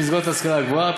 במסגרות ההשכלה הגבוהה.